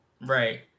Right